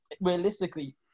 realistically